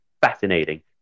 fascinating